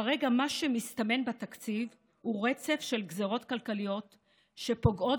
כרגע מה שמסתמן בתקציב הוא רצף של גזרות כלכליות שפוגעות